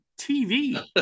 TV